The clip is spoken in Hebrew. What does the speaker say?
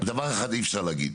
דבר אחד אי אפשר להגיד,